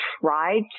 tried